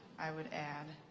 i would add